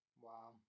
Wow